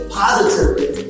positively